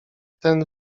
ten